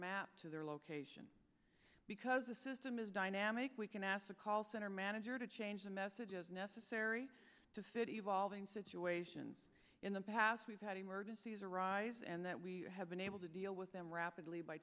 map to their location because the system is dynamic we can ask the call center manager to change the message as necessary to fit evolving situations in the past we've had emergencies arise and that we have been able to deal with them rapidly by